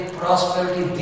prosperity